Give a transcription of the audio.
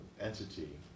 entity